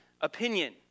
opinion